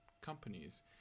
companies